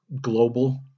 global